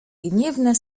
gniewne